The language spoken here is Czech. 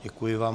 Děkuji vám.